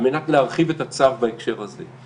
על מנת להרחיב את הצו בהקשר הזה.